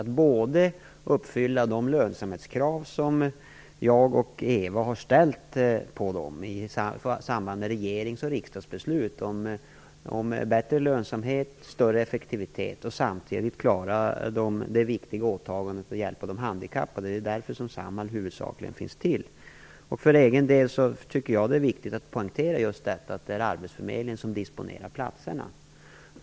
Det handlar om att uppfylla de lönsamhetskrav som jag och Eva Björne har ställt på dem i samband med regerings och riksdagsbeslut om bättre lönsamhet och större effektivitet och samtidigt klara det viktiga åtagandet när det gäller de handikappade - det är ju huvudsakligen därför som Samhall finns till. För egen del tycker jag att det är viktigt att poängtera att det är arbetsförmedlingen som disponerar platserna.